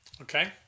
Okay